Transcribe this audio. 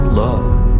love